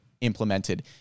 implemented